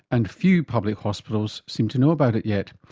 and few public hospitals seem to know about it yet.